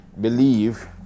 believe